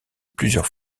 plusieurs